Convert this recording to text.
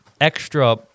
extra